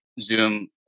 Zoom